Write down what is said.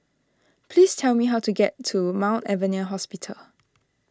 please tell me how to get to Mount Alvernia Hospital